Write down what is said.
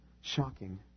Shocking